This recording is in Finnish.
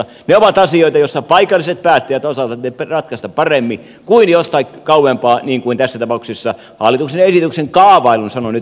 ne ovat asioita jotka paikalliset päättäjät osaavat ratkaista paremmin kuin jostain kauempaa niin kuin tässä tapauksessa hallituksen esityksen kaavailun sanon nyt